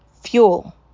fuel